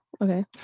Okay